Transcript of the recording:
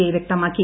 I വ്യക്തമാക്കി